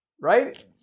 right